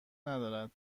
ندارد